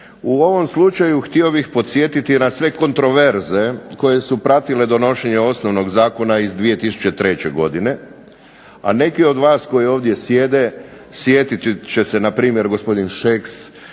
U ovom slučaju htio bih podsjetiti na sve kontraverze koje su pratile donošenje osnovnog zakona iz 2003. godine, a neki od vas koji ovdje sjede sjetiti će se na primjer gospodin Šeks,